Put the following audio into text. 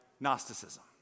Gnosticism